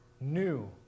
new